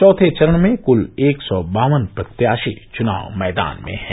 चौथे चरण में कुल एक सौ बावन प्रत्याशी चुनाव मैदान में हैं